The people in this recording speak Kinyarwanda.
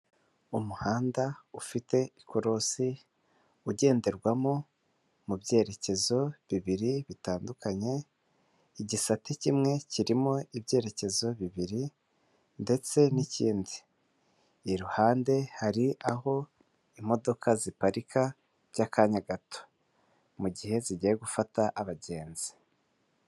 Umuhanda ufite ikorosi, ugenderwamo mu byerekezo bibiri bitandukanye, igisate kimwe kirimo ibyerekezo bibiri ndetse n'ikindi. iruhande hari aho imodoka ziparika by'akanya gato mu gihe zigiye gufata abagenzi.